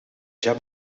gem